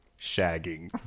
Shagging